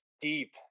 deep